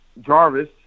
Jarvis